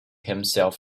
himself